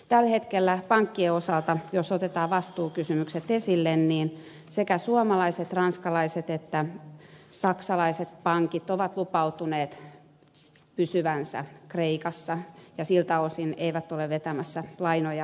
tällä hetkellä pankkien osalta jos otetaan vastuukysymykset esille niin sekä suomalaiset ranskalaiset että saksalaiset pankit ovat lupautuneet pysymään kreikassa ja siltä osin eivät ole vetämässä lainoja pois